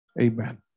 Amen